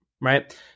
right